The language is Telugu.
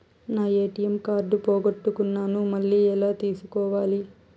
నా ఎ.టి.ఎం కార్డు పోగొట్టుకున్నాను, మళ్ళీ ఎలా తీసుకోవాలి?